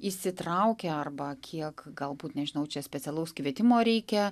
įsitraukia arba kiek galbūt nežinau čia specialaus kvietimo reikia